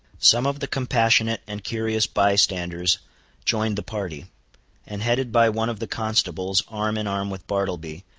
some of the compassionate and curious bystanders joined the party and headed by one of the constables arm in arm with bartleby,